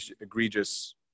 egregious